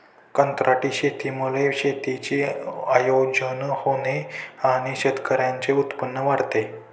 कंत्राटी शेतीमुळे शेतीचे आयोजन होते आणि शेतकऱ्यांचे उत्पन्न वाढते